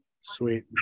sweet